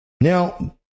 Now